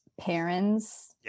parents